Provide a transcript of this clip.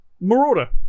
Marauder